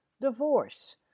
divorce